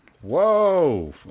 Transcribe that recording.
Whoa